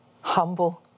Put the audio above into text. humble